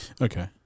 okay